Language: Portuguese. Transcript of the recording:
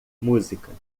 música